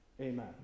Amen